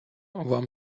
вам